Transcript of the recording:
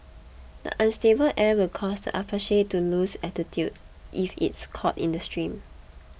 the unstable air will cause the Apache to lose altitude if it is caught in the stream